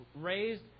raised